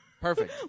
Perfect